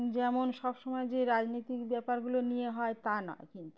যেমন সবসময় যে রাজনীতিক ব্যাপারগুলো নিয়ে হয় তা নয় কিন্তু